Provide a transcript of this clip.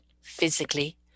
physically